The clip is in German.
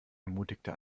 ermutigte